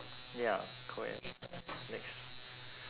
ya correct next